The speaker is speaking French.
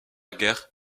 guerre